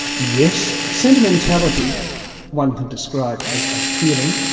yes, sentimentality one can describe as a feeling,